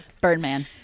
Birdman